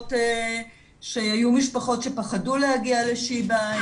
למרות שהיו משפחות שפחדו להגיע לשיבא,